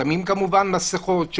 עוטים כמובן מסכות,